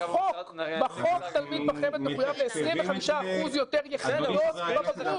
אדוני היו"ר בחוק תלמיד בחמ"ד מחוייב ל-25% יותר יחידות לבגרות.